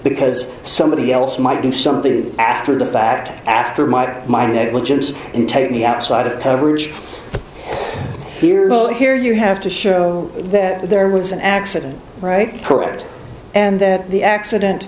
because somebody else might do something after the fact after my mind negligence and take me outside of the here and here you have to show that there was an accident right correct and that the accident